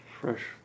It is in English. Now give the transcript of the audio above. fresh